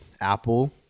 apple